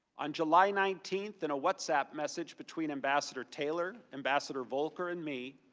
on july nineteenth in a whatsapp message between ambassador taylor, ambassador volker, and me.